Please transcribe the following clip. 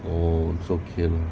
哦 also can